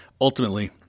ultimately